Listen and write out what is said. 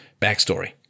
backstory